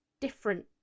different